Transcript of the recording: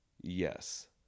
Yes